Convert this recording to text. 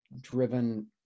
driven